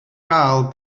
gael